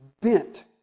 bent